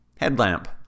Headlamp